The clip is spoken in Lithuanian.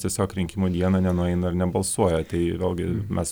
tiesiog rinkimų dieną nenueina ir nebalsuoja tai vėlgi mes